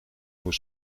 voor